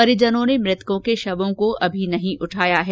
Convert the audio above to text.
परिजनों ने मृतकों के शवों को अभी नहीं उठाया है